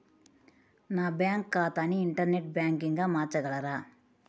నా బ్యాంక్ ఖాతాని ఇంటర్నెట్ బ్యాంకింగ్గా మార్చగలరా?